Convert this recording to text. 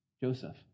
Joseph